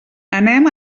anem